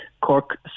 Cork